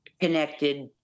connected